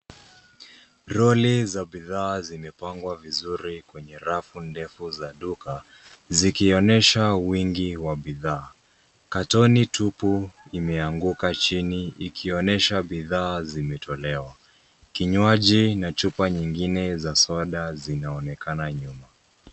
Roli za bidhaa zimepangwa vizuri kwenye rafu ndefu za duka zikionyesha wingi wa bidhaa. Katoni tupu imeanguka chini ikionyesha bidhaa zimetolewa. Kinywaji na chupa nyengine za soda zinaonekana nyuma.